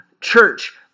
church